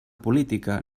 política